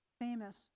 famous